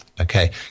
okay